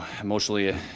emotionally